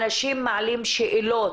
אנשים מעלים שאלות,